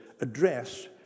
address